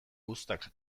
uztak